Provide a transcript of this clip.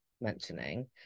mentioning